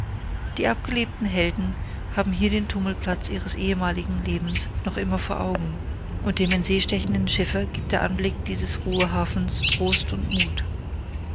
die abgelebten helden haben hier den tummelplatz ihres ehemaligen lebens noch immer vor augen und dem in see stechenden schiffer gibt der anblick dieses ruhehafens trost und mut